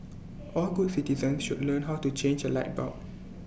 all good citizens should learn how to change A light bulb